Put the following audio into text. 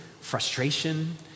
frustration